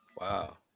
Wow